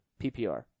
PPR